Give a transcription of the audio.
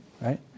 Right